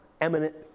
eminent